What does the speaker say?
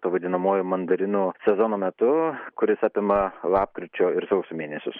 ta vadinamoji mandarinų sezono metu kuris apima lapkričio ir sausio mėnesius